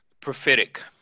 prophetic